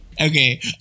okay